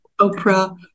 Oprah